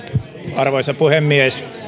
arvoisa puhemies